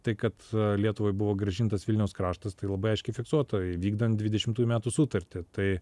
tai kad lietuvai buvo grąžintas vilniaus kraštas tai labai aiškiai fiksuota įvykdant dvidešimtųjų metų sutartį tai